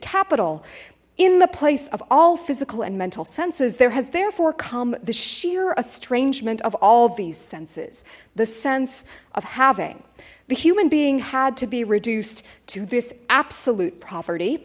capital in the place of all physical and mental senses there has therefore come the sheer estrangement of all these senses the sense of having the human being had to be reduced to this absolute property